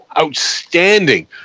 outstanding